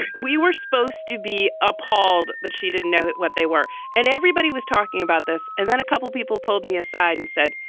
we were supposed to be appalled that she didn't know what they were. and everybody was talking about this. and then a couple of people pulled me aside and said,